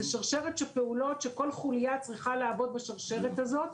זאת שרשרת של פעולות שכל חולייה צריכה לעבוד בשרשרת הזאת,